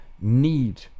need